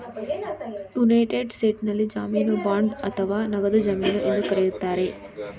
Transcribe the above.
United ಸ್ಟೇಟ್ಸ್ನಲ್ಲಿ ಜಾಮೀನು bond ಅಥವಾ ನಗದು ಜಮೀನು ಎಂದು ಕರೆಯುತ್ತಾರೆ